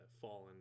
fallen